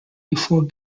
before